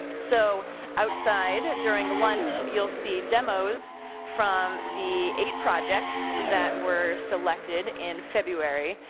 so outside, during lunch, you'll see demos from the eight projects that were selected in february.